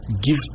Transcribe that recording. give